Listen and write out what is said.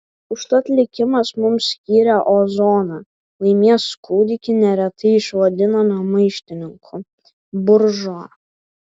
užtat likimas mums skyrė ozoną laimės kūdikį neretai išvadinamą maištininku buržua